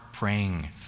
praying